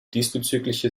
diesbezügliche